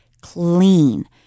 clean